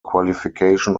qualification